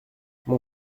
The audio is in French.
mon